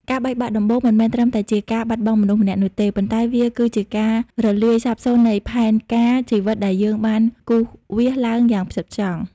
ការបែកបាក់ដំបូងមិនមែនត្រឹមតែជាការបាត់បង់មនុស្សម្នាក់នោះទេ ប៉ុន្តែវាគឺជាការរលាយសាបសូន្យនៃផែនការជីវិតដែលយើងបានគូរវាសឡើងយ៉ាងផ្ចិតផ្ចង់។